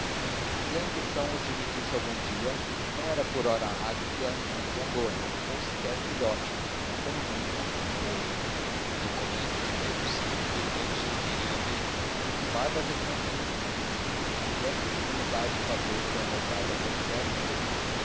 e se a ambição os dividisse algum dia não era por ora águia nem condor ou sequer filhote quando muito um ovo no colégio de pedro ii todos lhes queriam bem as barbas é que não queriam vir que é que se lhes há de fazer quando as barbas não querem vir